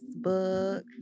Facebook